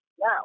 now